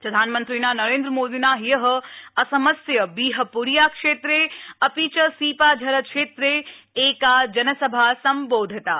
प्रधानमन्त्रिणा नरेन्द्रमोदिना ह्य असमस्य बिहप्रिया क्षेत्रे अपि च सिपाझर क्षेत्रे एका जनसभा सम्बोधिता